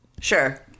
Sure